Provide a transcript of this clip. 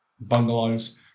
bungalows